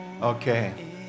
Okay